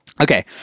Okay